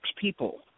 people